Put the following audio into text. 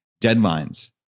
deadlines